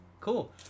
cool